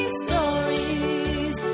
stories